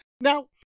Now